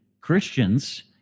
Christians